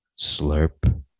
Slurp